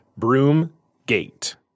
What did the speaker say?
Broomgate